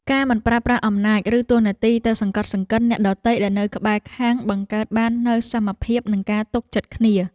ការមិនប្រើប្រាស់អំណាចឬតួនាទីទៅសង្កត់សង្កិនអ្នកដទៃដែលនៅក្បែរខាងបង្កើតបាននូវសមភាពនិងការទុកចិត្តគ្នា។